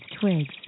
twigs